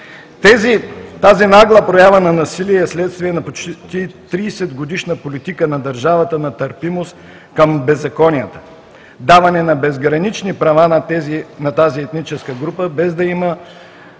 Тези нагла проява на насилие е вследствие на почти 30 -годишната политика на държавата на търпимост към беззаконията, даване на безгранични права на тази етническа група, без да им